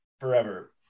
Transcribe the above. forever